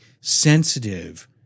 sensitive